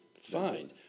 fine